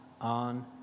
on